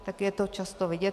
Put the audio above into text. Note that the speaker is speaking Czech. Taky je to často vidět.